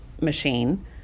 machine